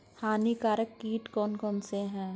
हानिकारक कीट कौन कौन से हैं?